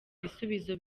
ibisubizo